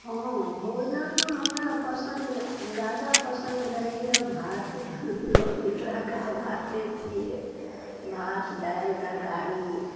हँ भोजनमे हमरा पसन्द ज्यादा पसन्द रहैए भात मिथिलाके तऽ भाते छिए भात दालि तरकारी